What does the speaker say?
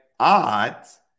odds